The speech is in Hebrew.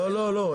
לא, לא.